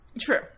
True